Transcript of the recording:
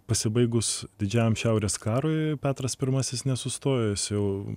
pasibaigus didžiajam šiaurės karui petras pirmasis nesustojo jis jau